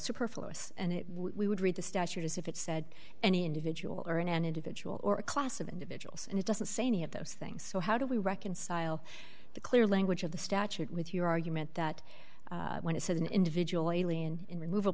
superfluous and we would read the statute as if it said any individual or in an individual or a class of individuals and it doesn't say any of those things so how do we reconcile the clear language of the statute with your argument that when it says an individual alien in removal